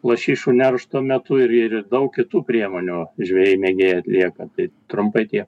lašišų neršto metu ir ir ir daug kitų priemonių žvejai mėgėjai atlieka tai trumpai tiek